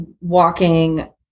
walking